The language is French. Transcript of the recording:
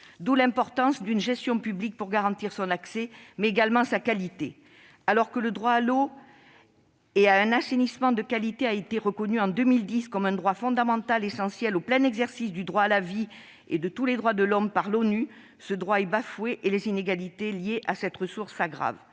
d'où l'importance d'une gestion publique pour garantir son accès, mais également sa qualité. Alors que le droit à l'eau et à un assainissement de qualité a été reconnu par l'ONU en 2010 comme « un droit fondamental essentiel au plein exercice du droit à la vie et de tous les droits de l'homme », ce droit est bafoué et les inégalités liées à cette ressource s'aggravent.